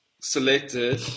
selected